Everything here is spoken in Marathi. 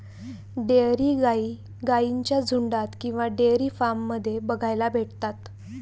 डेयरी गाई गाईंच्या झुन्डात किंवा डेयरी फार्म मध्ये बघायला भेटतात